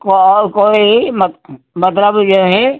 को और कोई मतलब जो है